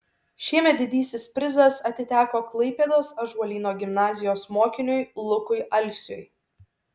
šiemet didysis prizas atiteko klaipėdos ąžuolyno gimnazijos mokiniui lukui alsiui